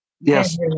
Yes